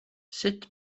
sut